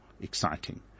exciting